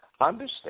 Understand